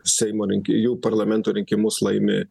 seimo rinkėjų parlamento rinkimus laimi